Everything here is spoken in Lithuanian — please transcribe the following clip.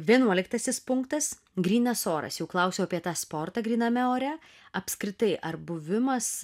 vienuoliktasis punktas grynas oras jau klausiau apie tą sportą gryname ore apskritai ar buvimas